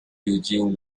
eugene